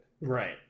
Right